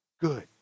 good